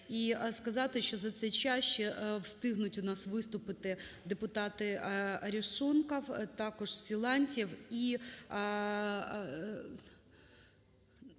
і сказати, що за цей час встигнуть у нас виступити депутати Арешонков, також Силантьєв